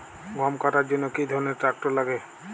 গম কাটার জন্য কি ধরনের ট্রাক্টার লাগে?